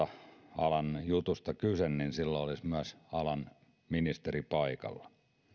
alan jutusta kyse olisi myös alan ministeri paikalla